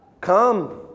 Come